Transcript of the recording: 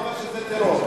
אבל למה אתה אומר שזה טרור?